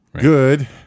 good